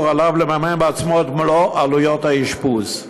עליו לממן בעצמו את מלוא עלויות האשפוז,